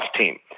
team